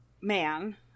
man